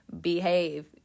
behave